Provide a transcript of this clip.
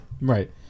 Right